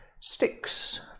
sticks